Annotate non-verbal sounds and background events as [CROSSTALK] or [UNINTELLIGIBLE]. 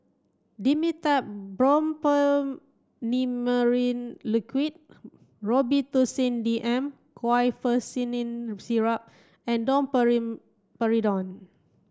Dimetapp Brompheniramine Liquid Robitussin D M Guaiphenesin Syrup and [UNINTELLIGIBLE]